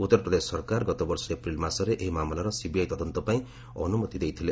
ଉତ୍ତର ପ୍ରଦେଶ ସରକାର ଗତବର୍ଷ ଏପ୍ରିଲ୍ ମାସରେ ଏହି ମାମଲାର ସିବିଆଇ ତଦନ୍ତ ପାଇଁ ଅନୁମତି ଦେଇଥିଲେ